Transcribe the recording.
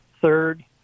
third